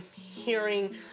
hearing